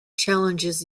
challenges